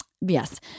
Yes